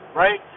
right